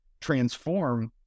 transform